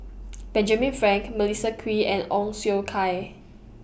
Benjamin Frank Melissa Kwee and Ong Siong Kai